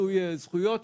למיצוי זכויות.